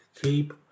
keep